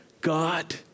God